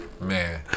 Man